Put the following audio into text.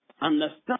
understand